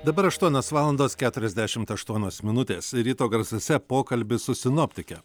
dabar aštuonios valandos keturiasdešimt aštuonios minutės ryto garsuose pokalbis su sinoptike